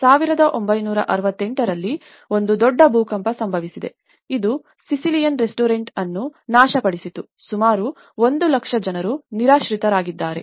1968 ರಲ್ಲಿ ಒಂದು ದೊಡ್ಡ ಭೂಕಂಪ ಸಂಭವಿಸಿದೆ ಇದು ಸಿಸಿಲಿಯ ರೆಸ್ಟೋರೆಂಟ್ ಅನ್ನು ನಾಶಪಡಿಸಿತು ಸುಮಾರು 1 ಲಕ್ಷ ಜನರು ನಿರಾಶ್ರಿತರಾಗಿದ್ದಾರೆ